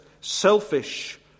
selfish